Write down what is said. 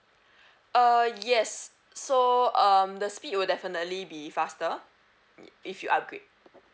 uh yes so um the speed will definitely be faster if you upgrade